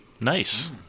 Nice